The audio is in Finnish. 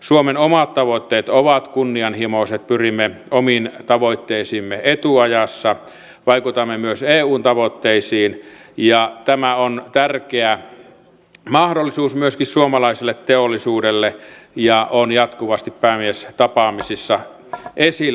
suomen omat tavoitteet ovat kunnianhimoiset pyrimme omiin tavoitteisiimme etuajassa vaikutamme myös eun tavoitteisiin ja tämä on tärkeä mahdollisuus myöskin suomalaiselle teollisuudelle ja on jatkuvasti päämiestapaamisissa esillä